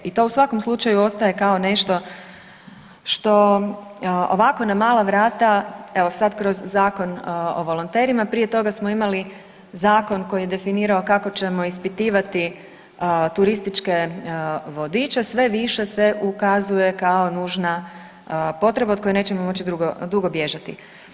I to u svakom slučaju ostaje kao nešto što ovako na mala vrata, evo sad kroz Zakon o volonterima, prije toga smo imali zakon koji je definirao kako ćemo ispitivati turističke vodiče, sve više se ukazuje kao nužna potreba od koje nećemo moći dugo bježati.